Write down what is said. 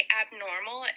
abnormal